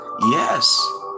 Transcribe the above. yes